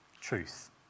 truth